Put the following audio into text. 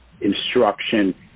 instruction